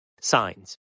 signs